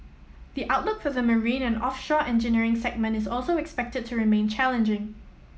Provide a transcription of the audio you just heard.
the outlook for the marine and offshore engineering segment is also expected to remain challenging